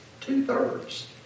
two-thirds